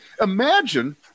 imagine